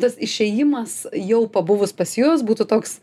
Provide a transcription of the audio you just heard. tas išėjimas jau pabuvus pas jus būtų toks